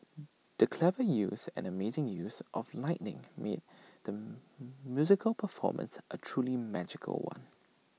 the clever use and amazing use of lighting made the musical performance A truly magical one